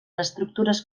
estructures